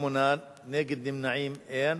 בעד, 8, נגד ונמנעים, אין.